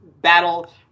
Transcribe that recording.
battle